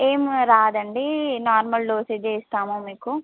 ఏం రాదండీ నార్మల్ డోసేజే ఇస్తాము మీకు